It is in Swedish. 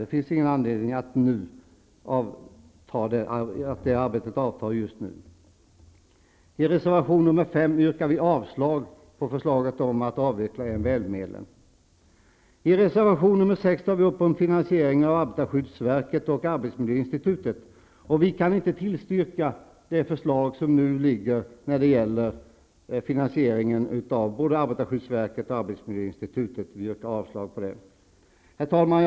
Det finns ingen anledning att nu låta det arbetet avta. I reservation 5 yrkar vi avslag på förslaget om att avveckla MBL-medlen. I reservation 6 tar vi upp finansiering av arbetarskyddsverket och arbetsmiljöinstitutet. Vi kan inte tillstyrka det förslag som nu ligger om finansieringen av både arbetarskyddsverket och arbetsmiljöinstitutet. Vi yrkar avslag på förslaget. Herr talman!